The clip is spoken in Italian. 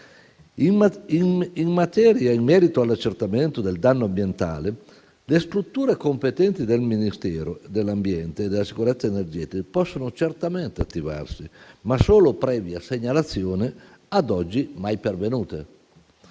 produttive. In merito all'accertamento del danno ambientale, le strutture competenti del Ministero dell'ambiente e della sicurezza energetica possono certamente attivarsi, ma solo previa segnalazione, ad oggi mai pervenuta.